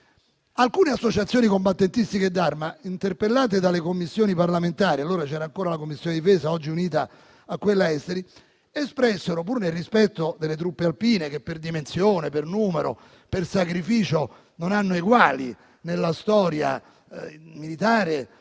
Alcune associazioni combattentistiche e d'arma furono interpellate dalle Commissioni parlamentari, allora c'era ancora la Commissione difesa, oggi unita alla Commissione affari esteri, e - pur nel rispetto delle truppe alpine, che per dimensione, numero e sacrificio non hanno eguali nella storia militare